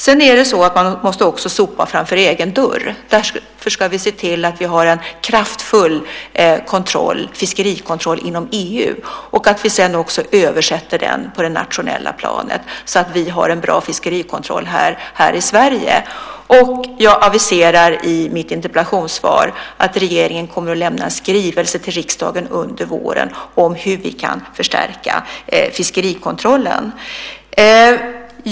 Sedan måste man också sopa framför egen dörr. Därför ska vi se till att vi har en kraftfull fiskerikontroll inom EU och att vi sedan också översätter den på det nationella planet så att vi har en bra fiskerikontroll här i Sverige. Jag aviserar i mitt interpellationssvar att regeringen kommer att lämna en skrivelse till riksdagen under våren om hur vi kan förstärka fiskerikontrollen.